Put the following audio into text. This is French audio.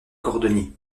cordonnier